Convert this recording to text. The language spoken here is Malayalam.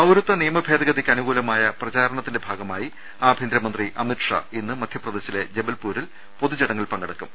പൌരത്വനിയമ ഭേദഗതിക്ക് അനൂകൂലമായ പ്രചാരണത്തിന്റെ ഭാഗമായി ആഭ്യന്തരമന്ത്രി അമിത് ഷാ ഇന്ന് മധ്യപ്രദേശിലെ ജബൽപ്പൂരിലെ പൊതുചടങ്ങിൽ പങ്കെടുക്കും